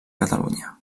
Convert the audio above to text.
catalunya